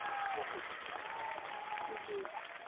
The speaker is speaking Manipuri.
ꯍꯣꯏ ꯍꯣꯏ ꯎꯝ ꯎꯝ